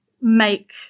make